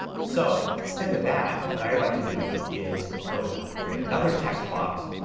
so instead of that what i like to do is go and create another text box,